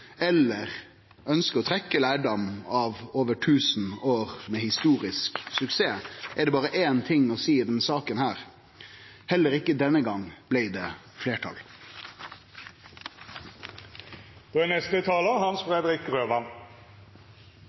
eller ønskjer å trekkje lærdom av over tusen år med historisk suksess, er det berre ein ting å seie i denne saka: Heller ikkje denne gongen blei det